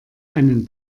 einen